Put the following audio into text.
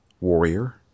warrior